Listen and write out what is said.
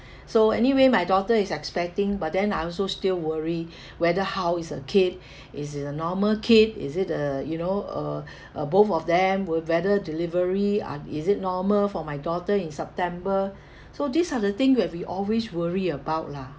so anyway my daughter is expecting but then I also still worry whether how is her kid is it a normal kid is it uh you know uh uh both of them will whether delivery uh is it normal for my daughter in september so these are the thing where we always worry about lah